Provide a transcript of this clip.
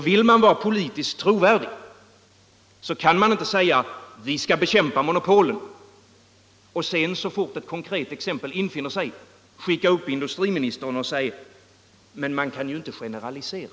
Vill man vara politiskt trovärdig — fusioner inom kan man inte säga: Vi skall bekämpa monopolen — och sedan så fort — glasbranschen ett konkret exempel infinner sig skicka upp industriministern att säga: Men man kan ju inte generalisera.